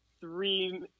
three